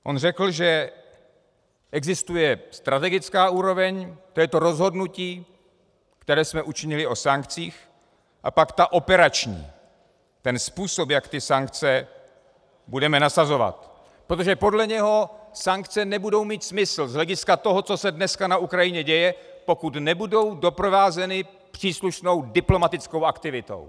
On řekl, že existuje strategická úroveň, to je to rozhodnutí, které jsme učinili o sankcích, a pak ta operační, ten způsob, jak ty sankce budeme nasazovat, protože podle něho sankce nebudou mít smysl z hlediska toho, co se dneska na Ukrajině děje, pokud nebudou doprovázeny příslušnou diplomatickou aktivitou.